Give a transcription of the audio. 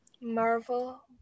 Marvel